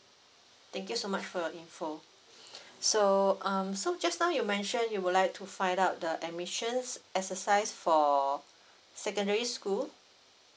thank you so much for your info so um so just now you mentioned you would like to find out the admissions exercise for secondary school